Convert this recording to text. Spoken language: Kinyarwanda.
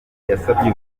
yasabye